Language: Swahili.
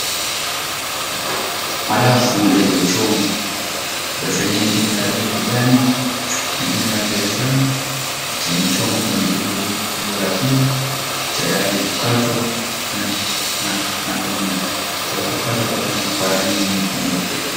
Madafu yaliyochongwa. Dafu yenyewe ikiwa ya rangi ya kijani na ingine rangi ya njano yamechongwa kwenye umbo la pia tayari kukatwa na kunywa. Palipokatwa pakiwa pa rangi nyeupe.